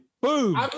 Boom